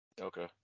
Okay